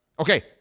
Okay